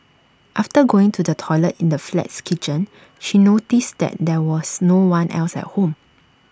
after going to the toilet in the flat's kitchen she noticed that there was no one else at home